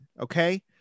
Okay